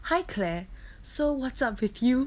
hi claire so what's up with you